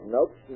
Nope